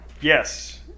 Yes